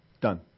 Done